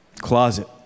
closet